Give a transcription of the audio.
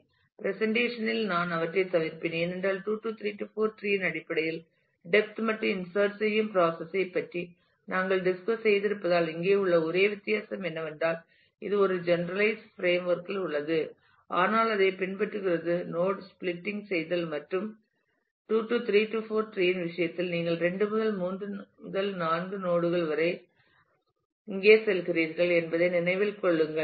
presentation இல் நான் அவற்றைத் தவிர்ப்பேன் ஏனென்றால் 2 3 4 டிரீஇன் அடிப்படையில் டெப்த் மற்றும் இன்சர்ட் செய்யும் பிராசஸ் ஐ பற்றி நாங்கள் டிஸ்கஸ் செய்திருப்பதால் இங்கே உள்ள ஒரே வித்தியாசம் என்னவென்றால் இது ஒரு ஜெனரலைஸ் பிரேம்ஒர்க் இல் உள்ளது ஆனால் அதைப் பின்பற்றுகிறது நோட் ஸ்பிளிட்டிங் செய்தல் மற்றும் 2 3 4 டிரீஇன் விஷயத்தில் நீங்கள் 2 முதல் 3 மற்றும் 3 முதல் 4 நோட் வரை இங்கே செல்கிறீர்கள் என்பதை நினைவில் கொள்ளுங்கள்